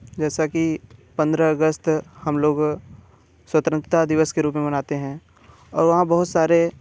जैसा कि पंद्रह अगस्त हम लोग स्वतंत्रता दिवस के रूप में मनाते हैं और वहाँ बहुत सारे